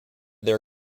their